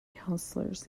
councillors